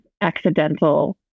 accidental